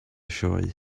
sioe